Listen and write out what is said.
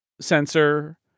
sensor